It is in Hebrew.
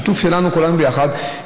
שיתוף שלנו כולנו ביחד,